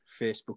Facebook